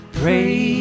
pray